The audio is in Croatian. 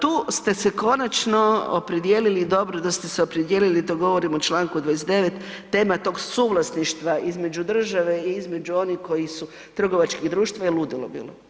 Tu ste se konačno opredijelili i dobro da ste se opredijelili, to govorim o čl. 29. tema tog suvlasništva između države i između onih koji su trgovački društva je ludilo bilo.